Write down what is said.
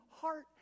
heart